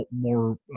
more